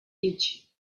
edge